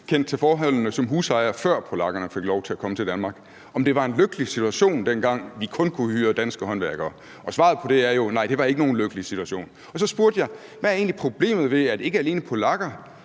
kendte til forholdene som husejer, før polakkerne fik lov til at komme til Danmark – om det var en lykkelig situation, dengang vi kun kunne hyre danske håndværkere. Og svaret på det er jo: Nej, det var ikke nogen lykkelig situation. Så spurgte jeg: Hvad er egentlig problemet ved, at ikke alene polakker